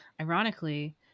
ironically